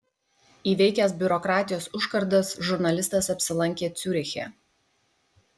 įveikęs biurokratijos užkardas žurnalistas apsilankė ciuriche